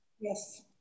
Yes